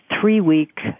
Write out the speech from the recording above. three-week